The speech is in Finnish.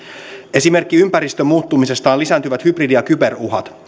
esimerkki ympäristön muuttumisesta on lisääntyvät hybridi ja kyberuhat